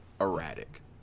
erratic